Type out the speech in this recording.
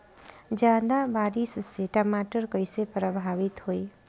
ज्यादा बारिस से टमाटर कइसे प्रभावित होयी?